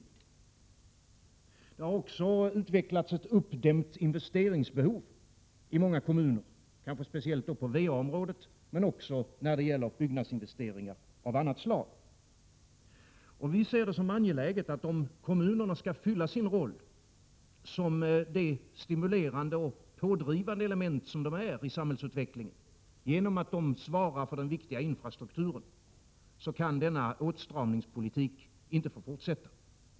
Det har också utvecklats ett uppdämt investeringsbehov i kommunerna, speciellt kanske på va-området men även när det gäller byggnadsinvesteringar av annat slag. Om kommunerna skall fylla sin roll som det stimulerande och pådrivande element som de är i samhällsutvecklingen, genom att de svarar för den viktiga infrastrukturen, är det angeläget att åtstramningspolitiken inte får fortsätta.